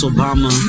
Obama